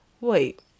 wait